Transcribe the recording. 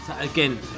Again